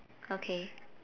okay